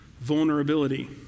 vulnerability